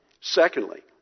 Secondly